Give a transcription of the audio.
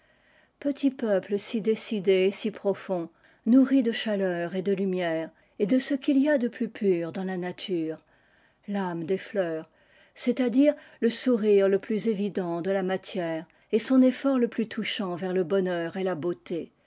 petit peuple si décidé et si profond nourri de chaleur et de lumière et de ce qu'il y a de plus pur dans la nature tâme des fleurs c'est-à-dire le sourire le plus évident de la matière et son eflort le plus touchant vers le bonheur et la beauté